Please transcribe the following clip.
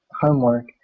homework